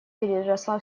переросла